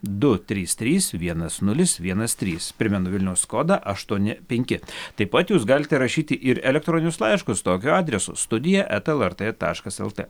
du trys trys vienas nulis vienas trys primenu vilniaus kodą aštuoni penki taip pat jūs galite rašyti ir elektroninius laiškus tokiu adresu studija eta lrt taškas lt